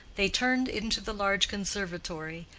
they turned into the large conservatory,